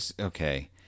okay